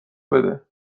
بده